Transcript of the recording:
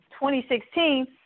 2016